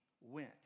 went